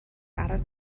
арав